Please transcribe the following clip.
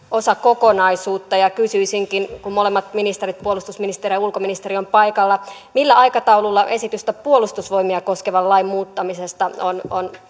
osa kokonaisuutta kysyisinkin kun molemmat ministerit puolustusministeri ja ulkoministeri ovat paikalla millä aikataululla esitystä puolustusvoimia koskevan lain muuttamisesta